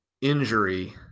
injury